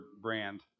Brand